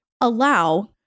Allow